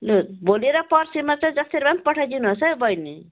लु भोलि र पर्सिमा चाहिँ जसरी भए पनि पठाइदिनुहोस् है बैनी